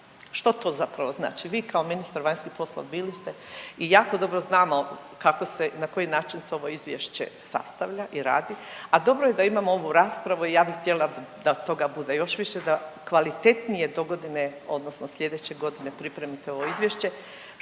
što to zapravo znači? Vi kao ministar vanjskih poslova bili ste i jako dobro znamo kako se i na koji način se ovo izvješće sastavlja i radi, a dobro je da imamo ovu raspravu i ja bi htjela da toga bude još više, da kvalitetnije dogodine odnosno slijedeće godine pripremite ovo izvješće.